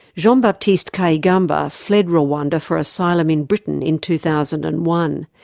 jean um baptiste kayigamba fled rwanda for asylum in britain in two thousand and one.